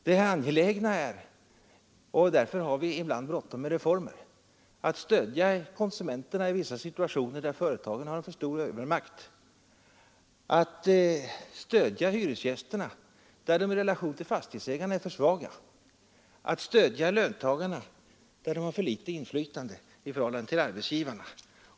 Det angelägna är — och därför har vi ibland bråttom med reformerna — att stödja konsumenterna i vissa situationer där företagarna har för stor övermakt, att stödja hyresgästerna där de i relation till fastighetsägarna är för svaga, att stödja löntagarna där de har för litet inflytande i förhållande till arbetsgivarna.